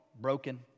broken